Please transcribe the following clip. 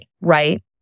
right